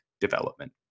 development